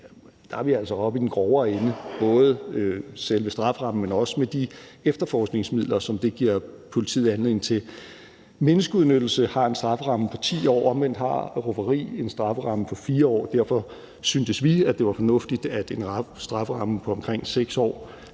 år er vi altså oppe i den grovere ende, både hvad gælder selve strafferammen, men også de efterforskningsmidler, som det giver politiet anledning til at bruge. Menneskeudnyttelse har en strafferamme på 10 år, og omvendt har rufferi en strafferamme på 4 år. Derfor synes vi, at en strafferamme på omkring 6 år